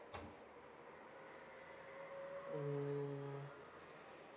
mm